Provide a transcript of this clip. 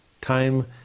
Time